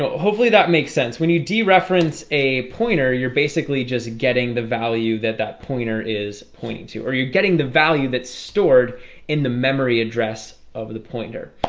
hopefully that makes sense when you dereference a pointer you're basically just getting the value that that pointer is pointing to or you're getting the value that's stored in the memory address of the pointer